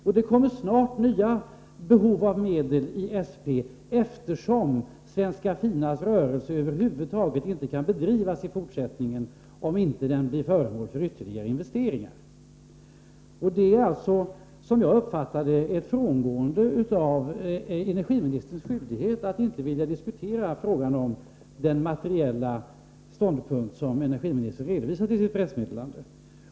Och det uppstår snart nya behov av medel till SP, eftersom Svenska Finas rörelse över huvud taget inte kan bedrivas i fortsättningen om den inte blir föremål för ytterligare investeringar. Jag uppfattar detta som ett frångående av energiministerns skyldighet att diskutera frågan om den materiella ståndpunkt som energiministern redovisar i sitt pressmeddelande.